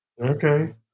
Okay